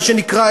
מה שנקרא,